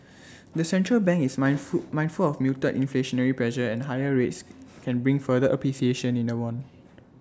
the central bank is mind food mindful of muted inflationary pressure and higher rates can bring further appreciation in the won